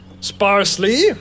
Sparsely